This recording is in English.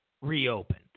reopened